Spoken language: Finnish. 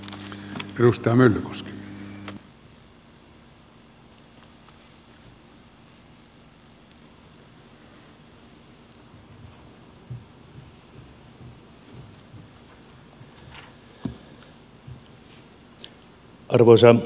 arvoisa herra puhemies